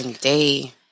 day